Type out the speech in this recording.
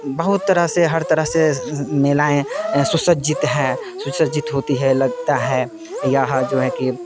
बहुत तरह से हर तरह से मेलाएँ सुसज्जित हैं सुसज्जित होते हैं लगते हैं यहाँ जो है कि